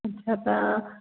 अछा त